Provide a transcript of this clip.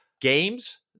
games